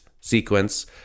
sequence